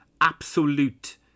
absolute